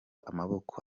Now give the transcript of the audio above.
amaboko